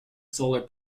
solar